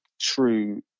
true